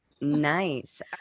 nice